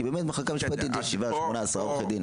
כי באמת במחלקה משפטית יש שבעה-שמונה-עשרה עורכי דין.